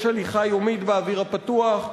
יש הליכה יומית באוויר הפתוח,